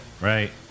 Right